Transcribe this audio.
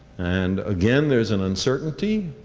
and, again, there is an uncertainty.